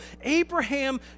Abraham